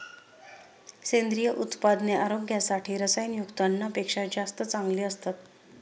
सेंद्रिय उत्पादने आरोग्यासाठी रसायनयुक्त अन्नापेक्षा जास्त चांगली असतात